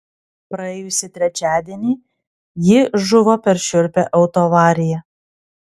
praėjusį trečiadienį ji žuvo per šiurpią autoavariją